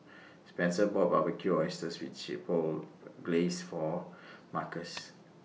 Spencer bought Barbecued Oysters with Chipotle Glaze For Markus